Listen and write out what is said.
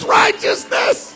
righteousness